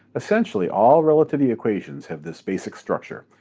essentially all relativity equations have this basic structure,